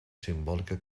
simbòlica